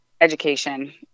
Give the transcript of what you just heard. education